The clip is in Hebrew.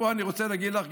פה אני רוצה להגיד לך,